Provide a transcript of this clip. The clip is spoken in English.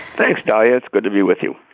thanks diez. good to be with you